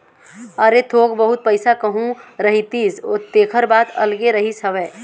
अरे थोक बहुत पइसा कहूँ रहितिस तेखर बात अलगे रहिस हवय